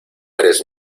eres